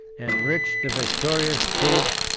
enriched the victorious troops,